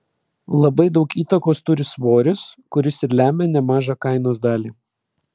labai daug įtakos turi svoris kuris ir lemia nemažą kainos dalį